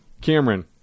Cameron